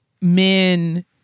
men